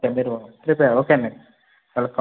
okay మీరు రేపు ఆ ఓకే అండి కలుద్దాం